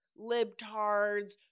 libtards